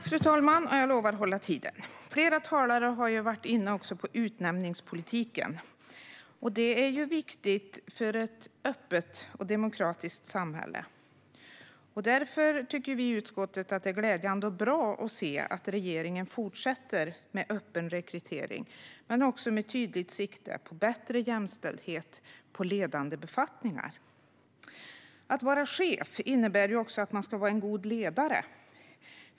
Fru talman! Flera talare har varit inne på utnämningspolitiken, som är viktig för ett öppet och demokratiskt samhälle. Utskottet tycker att det är glädjande och bra att regeringen fortsätter att arbeta med öppen rekrytering och med tydligt sikte på bättre jämställdhet på ledande befattningar. Att vara chef innebär också att man ska vara en god ledare.